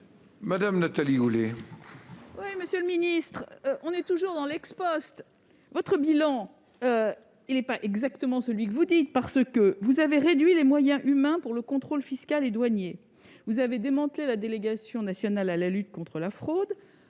Mme Nathalie Goulet, pour la réplique. Monsieur le ministre, nous sommes toujours dans l'. Votre bilan n'est pas exactement celui que vous dites : vous avez réduit les moyens humains pour le contrôle fiscal et douanier, vous avez démantelé la délégation nationale à la lutte contre la fraude,